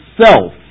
self